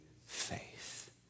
faith